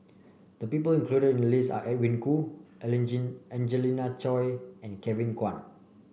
the people included in the list are Edwin Koo Angelina Choy and Kevin Kwan